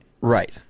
Right